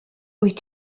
wyt